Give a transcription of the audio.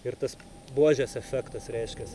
ir tas buožės efektas reiškias